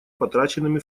потраченными